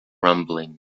rumbling